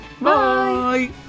Bye